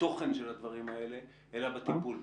בתוכן של הדברים האלה אלא בטיפול בהם.